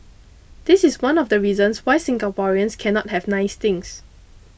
this is one of the reasons why Singaporeans cannot have nice things